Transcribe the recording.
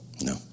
No